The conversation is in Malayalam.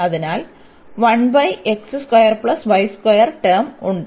ഞങ്ങൾക്ക് ടേം ഉണ്ട്